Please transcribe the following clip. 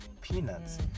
peanuts